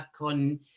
on